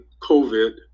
COVID